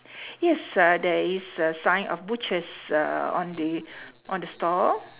yes ah there is a sign of butchers uh on the on the store